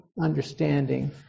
understanding